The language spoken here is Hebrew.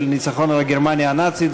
של הניצחון על גרמניה הנאצית.